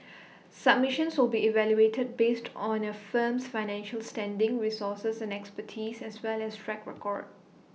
submissions will be evaluated based on A firm's financial standing resources and expertise as well as track record